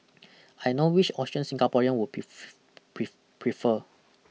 I know which option Singaporeans would prefer